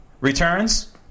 returns